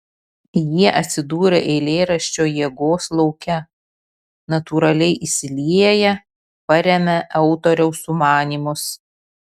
jie atsidūrę eilėraščio jėgos lauke natūraliai įsilieja paremia autoriaus sumanymus